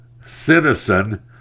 citizen